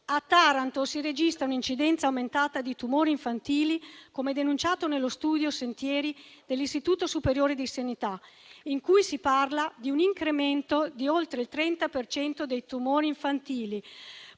A Taranto si registra un'incidenza aumentata di tumori infantili, come denunciato nello studio Sentieri dell'Istituto superiore di sanità, in cui si parla di un incremento di oltre il 30 per cento dei tumori infantili.